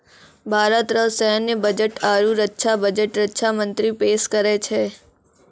भारत रो सैन्य बजट आरू रक्षा बजट रक्षा मंत्री पेस करै छै